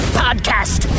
podcast